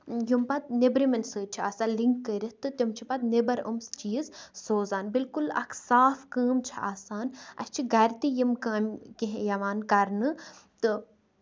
یِم پَتہٕ نیبرِمٮ۪ن سۭتۍ چھِ آسان لِنک کٔرِتھ تہٕ تِم چھِ پَتہٕ نٮ۪بر یِم چیٖز سوزان بِالکُل اکھ صاف کٲم چھِ آسان اَسہِ چھِ گرِ تہِ یِم کامہِ کیٚنٛہہ یِوان کرنہٕ تہٕ